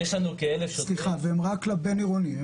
והם רק לבין-עירוני.